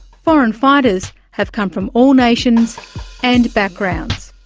foreign fighters have come from all nations and backgrounds.